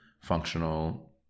functional